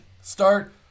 Start